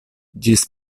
ĝis